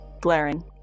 glaring